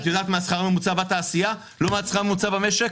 את יודעת מה השכר הממוצע בתעשייה לעומת השכר הממוצע במשק?